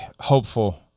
hopeful